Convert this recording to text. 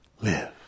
live